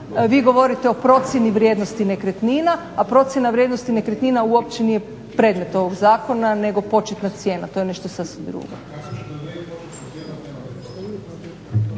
Vi govorite o procjeni vrijednosti nekretnina, a procjena vrijednosti nekretnina uopće nije predmet ovog zakona nego početna cijena. To je nešto sasvim drugo.